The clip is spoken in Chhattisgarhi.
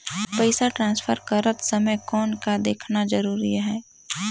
पइसा ट्रांसफर करत समय कौन का देखना ज़रूरी आहे?